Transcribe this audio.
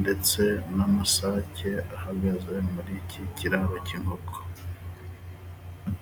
ndetse n'amasake ahagaze muri iki kiraro cy'inkoko.